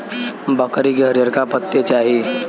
बकरी के हरिअरका पत्ते चाही